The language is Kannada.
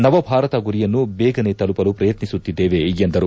ನವಭಾರತ ಗುರಿಯನ್ನು ಬೇಗನೆ ತಲುಪಲು ಪ್ರಯತ್ತಿಸುತ್ತಿದ್ದೇವೆ ಎಂದರು